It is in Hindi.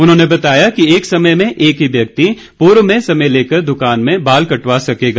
उन्होंने बताया कि एक समय में एक ही व्यक्ति पूर्व में समय लेकर दुकान में बाल कटवा सकेगा